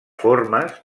formes